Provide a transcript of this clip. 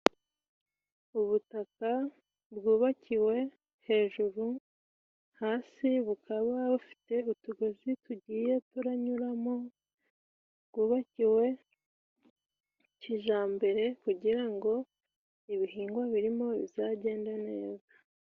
Ubutaka bwubakiwe hejuru, hasi bukaba bufite utugozi tugiye turanyuramo, twubakiwe kijambere kugira ngo ibihingwa birimo bizagende neza.